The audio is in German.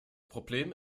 problem